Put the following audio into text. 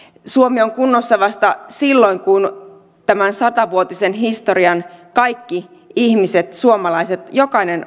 suomi on kunnossa vasta silloin kun tämän sata vuotisen historian kaikki ihmiset suomalaiset jokainen